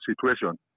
situation